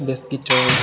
bass guitar